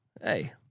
Hey